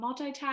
multitask